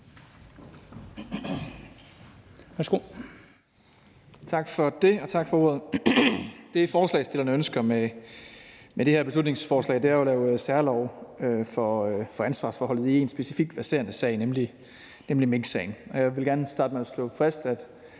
Tak for det, tak for ordet. Det, forslagsstillerne ønsker med det her beslutningsforslag, er jo at lave særlove for ansvarsforholdet i én specifik verserende sag, nemlig minksagen, og jeg vil gerne starte med at slå fast, at